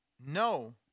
no